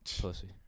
pussy